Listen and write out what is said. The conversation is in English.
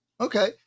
Okay